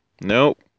Nope